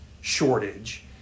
shortage